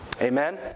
Amen